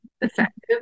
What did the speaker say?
effective